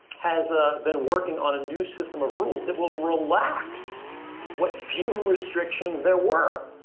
has ah been working on a new system of rules that will relax what few restrictions there were,